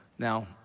Now